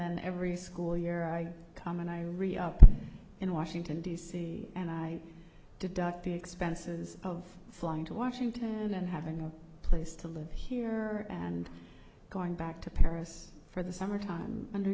then every school year i come and i re up in washington d c and i deduct the expenses of flying to washington and having a place to live here and going back to paris for the summer time under